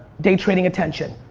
day trading attention.